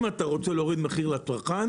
אם אתה רוצה להוריד מחיר ולצרכן,